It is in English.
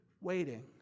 waiting